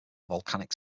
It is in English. volcanic